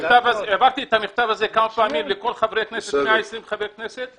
העברתי את המכתב הזה כמה פעמים לכל חברי הכנסת 120 חברי כנסת.